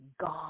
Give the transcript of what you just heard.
God